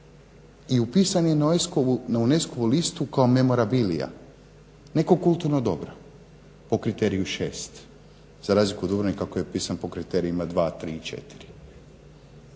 I u pisan je na UNESCO-vu listu kao memorabilia, neko kulturno dobro, po kriteriju 6 za razliku od Dubrovnika koji je pisan po kriterijima 2, 3 i 4.